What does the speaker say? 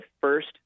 first